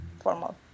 formal